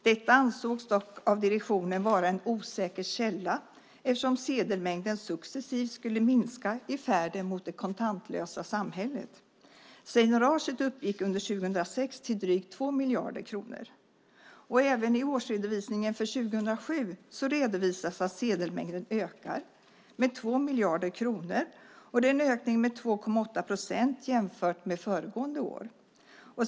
Detta ansågs dock av direktionen vara en osäker källa eftersom sedelmängden successivt skulle minska i färden mot det kontantlösa samhället. Seignoraget uppgick under 2006 till drygt 2 miljarder kronor. Även i årsredovisningen för 2007 redovisas att sedelmängden ökar med 2 miljarder kronor. Det är en ökning med 2,8 procent jämfört med föregående år.